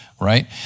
right